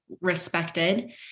respected